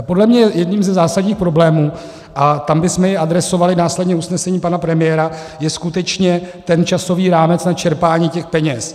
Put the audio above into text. Podle mě jedním ze zásadních problémů, a tam bychom i adresovali následně usnesení pana premiéra, je skutečně ten časový rámec na čerpání těch peněz.